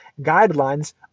guidelines